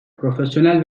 profesyonel